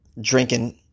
drinking